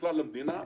ובכלל למדינה,